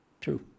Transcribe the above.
True